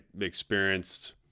experienced